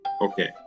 Okay